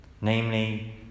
Namely